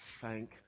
thank